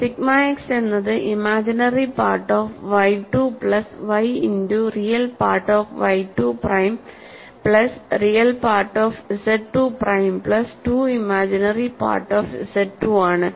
sigma x എന്നത് imaginary part of YII plus y into real part of YII prime plus real part of ZIIപ്രൈം plus 2 imaginary part of ZII ആണ്